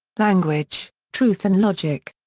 language, truth and logic.